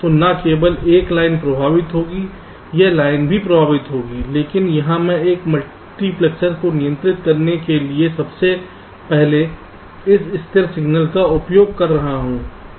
तो न केवल यह लाइन प्रभावित है यह लाइन भी प्रभावित होगी लेकिन यहां मैं इस मल्टीप्लेक्सर को नियंत्रित करने के लिए सबसे पहले इस स्थिर सिग्नल का उपयोग कर रहा हूं